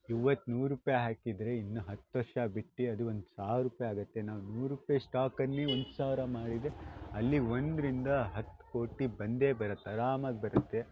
ಇವತ್ತು ನೂರು ರೂಪಾಯಿ ಹಾಕಿದರೆ ಇನ್ನು ಹತ್ತು ವರ್ಷ ಬಿಟ್ಟು ಅದು ಒಂದು ಸಾವಿರ ರೂಪಾಯಿ ಆಗುತ್ತೆ ನಾವು ನೂರು ರೂಪಾಯಿ ಸ್ಟಾಕಲ್ಲಿ ಒಂದು ಸಾವಿರ ಮಾಡಿದರೆ ಅಲ್ಲಿ ಒಂದರಿಂದ ಹತ್ತು ಕೋಟಿ ಬಂದೇ ಬರತ್ತೆ ಅರಾಮಾಗಿ ಬರುತ್ತೆ